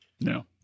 No